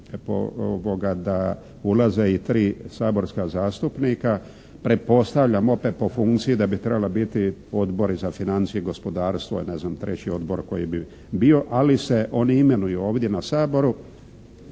da ulaze i trio saborska zastupnika. Pretpostavljam opet po funkciji da bi trebali biti Odbori za financije i gospodarstvo i ne znam treći odbor koji bi bio. Ali se oni imenuju ovdje na Saboru.